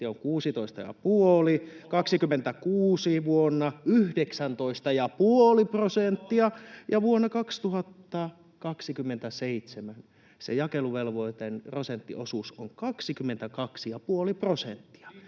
on 19,5 prosenttia ja vuonna 2027 se jakeluvelvoitteen prosenttiosuus on 22,5